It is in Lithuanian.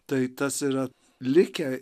tai tas yra likę